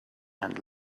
and